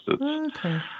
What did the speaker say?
Okay